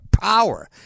power